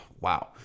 Wow